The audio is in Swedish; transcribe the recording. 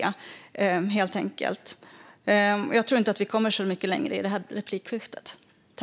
Jag tror inte att vi kommer så mycket längre i det här replikskiftet.